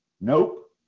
Nope